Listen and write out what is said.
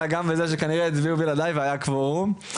אלא גם בזה שכנראה הציעו בלעדיי והיה כבר קוורום,